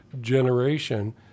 generation